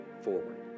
forward